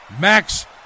Max